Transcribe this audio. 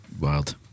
Wild